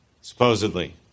supposedly